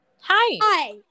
Hi